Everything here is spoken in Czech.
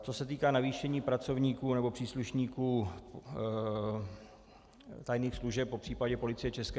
Co se týká navýšení pracovníků nebo příslušníků tajných služeb, popř. Policie ČR.